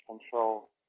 control